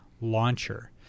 launcher